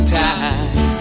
time